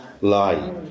lie